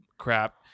crap